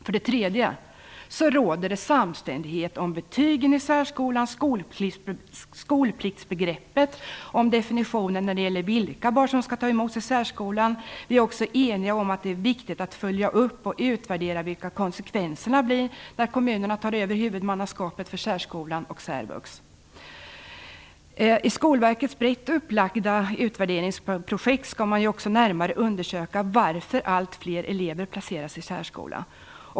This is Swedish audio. För det tredje råder samstämmighet om betygen i särskolan, skolpliktsbegreppet och om definitionen av vilka barn som skall tas emot i särskolan. Vi är också eniga om att det är viktigt att följa upp och utvärdera vilka konsekvenserna blir när kommunerna tar över huvudmannaskapet för särskolan och särvux. I Skolverkets brett upplagda utvärderingsprojekt skall man också närmare undersöka varför allt fler elever placeras i särskola.